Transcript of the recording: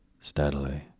steadily